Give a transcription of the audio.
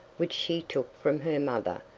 which she took from her mother,